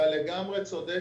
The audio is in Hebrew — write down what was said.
אתה לגמרי צודק.